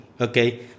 okay